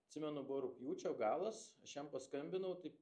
atsimenu buvo rugpjūčio galas aš jam paskambinau taip